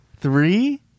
Three